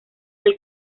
del